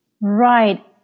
Right